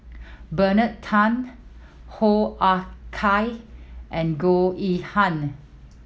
Bernard Tan Hoo Ah Kay and Goh Yihan